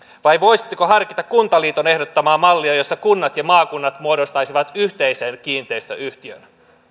vai voisitteko harkita kuntaliiton ehdottamaa mallia jossa kunnat ja maakunnat muodostaisivat yhteisen kiinteistöyhtiön